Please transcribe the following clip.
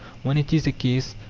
when it is a case,